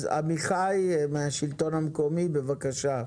אז עמיחי מהשלטון המקומי, בבקשה.